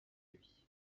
lui